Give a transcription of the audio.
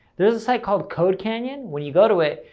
there's a site called codecanyon, when you go to it,